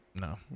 no